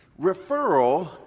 referral